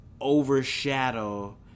overshadow